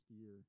year